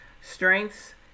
strengths